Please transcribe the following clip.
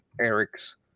Eric's